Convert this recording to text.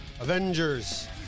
Avengers